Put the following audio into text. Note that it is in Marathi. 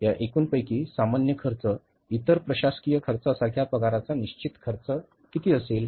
या एकूण पैकी सामान्य खर्च इतर प्रशासकीय खर्चासारख्या पगाराचा निश्चित खर्च किती असेल